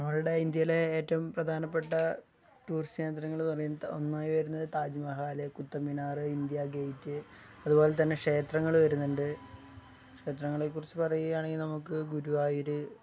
നമ്മളുടെ ഇന്ത്യയിലെ ഏറ്റവും പ്രധാനപ്പെട്ട ടൂറിസ്റ്റ് കേന്ദ്രങ്ങള് പറയുന്നത് ഒന്നാമതായി വരുന്നത് താജ്മഹാല് കുത്തബ്മിനാറ് ഇന്ത്യ ഗേറ്റ് അതുപോലെ തന്നെ ക്ഷേത്രങ്ങള് വരുന്നുണ്ട് ക്ഷേത്രങ്ങളെക്കുറിച്ച് പറയുകയാണെങ്കിൽ നമുക്ക് ഗുരുവായൂര്